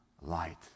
light